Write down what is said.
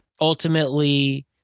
ultimately